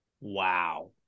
Wow